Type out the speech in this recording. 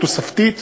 תוספתית,